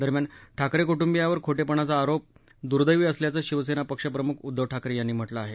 दरम्यान ठाकरे कुटुंबीयावर खोटेपणाचा आरोप दुर्दैवी असल्याचं शिवसेना पक्ष प्रमुख उद्घव ठाकरे यांनी म्हटलं आहे